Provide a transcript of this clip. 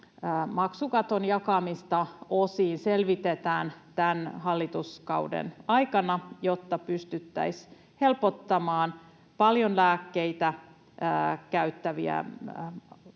maksukaton jakamista osiin selvitetään tämän hallituskauden aikana, jotta pystyttäisiin helpottamaan paljon lääkkeitä käyttävien